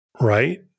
right